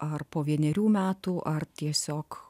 ar po vienerių metų ar tiesiog